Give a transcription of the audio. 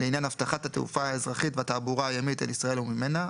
לעניין אבטחת התעופה האזרחית והתעבורה הימית אל ישראל וממנה,